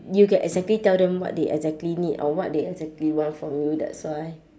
you can exactly tell them what they exactly need or what they exactly want from you that's why